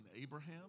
Abraham